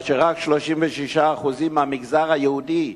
כאשר רק 36% מהמגזר היהודי